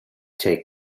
take